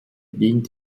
ging